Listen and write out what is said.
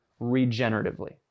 regeneratively